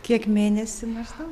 kiek mėnesinių maždaug